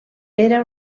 era